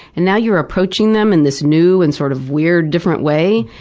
and now you're approaching them in this new and sort of weird, different way,